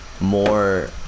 more